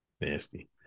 Nasty